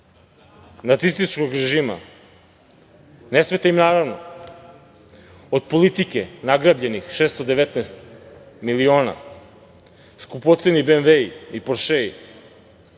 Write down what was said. nacističkog režima. Ne smeta im, naravno, od politike nagrabljenih 619 miliona skupoceni BMV-i i „poršei“,